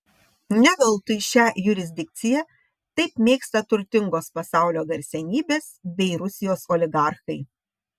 ne veltui šią jurisdikciją taip mėgsta turtingos pasaulio garsenybės bei rusijos oligarchai